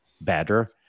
better